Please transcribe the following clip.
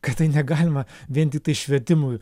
kad tai negalima vien tiktai švietimui